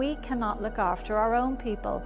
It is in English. we cannot look after our own people